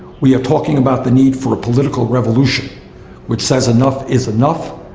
we are talking about the need for a political, which says enough is enough,